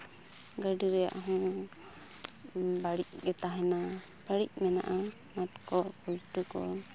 ᱜᱟᱹᱰᱤ ᱨᱮᱭᱟᱜ ᱦᱚᱸ ᱟᱹᱲᱤᱡ ᱜᱮ ᱛᱟᱦᱮᱱᱟ ᱵᱟᱹᱲᱤᱡ ᱢᱮᱱᱟᱜᱼᱟ ᱱᱟᱴ ᱠᱚ ᱵᱚᱞᱴᱩ ᱠᱚ